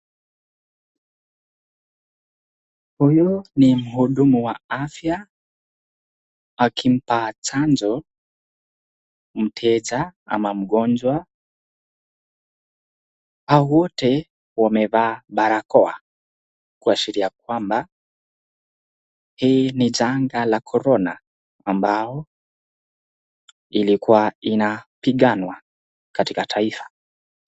Huyu ni mhudumu wa afya akimpa chanjo mteja ama mgonjwa hawa wote wamevaa barakoa, kuashiria kwamba hii ni janga la Corona ambao ilikuwa inapiganwa katika taifa.